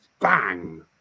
bang